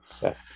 Yes